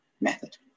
method